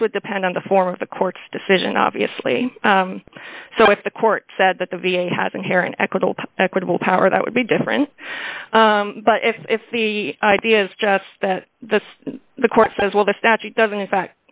this would depend on the form of the court's decision obviously so if the court said that the v a has inherent equitable equitable power that would be different but if the idea is just that the the court says well the statute doesn't in fact